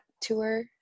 tour